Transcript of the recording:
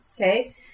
Okay